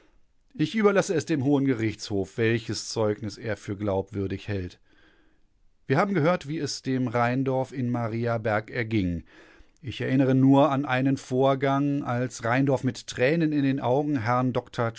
ich überlasse es dem hohen gerichtshof welches zeugnis er für glaubwürdig hält wir haben gehört wie es dem rheindorf in mariaberg erging ich erinnere nur an den einen vorgang als rheindorf mit tränen in den augen herrn